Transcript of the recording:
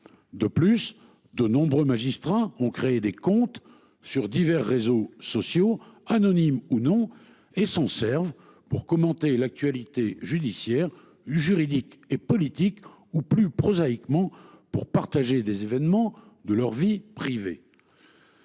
De plus, de nombreux magistrats ont créé des comptes sur divers réseaux sociaux anonymes ou non et s'en servent pour commenter l'actualité judiciaire, juridique et politique. Ou plus prosaïquement pour partager des événements de leur vie privée.